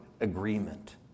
agreement